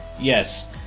Yes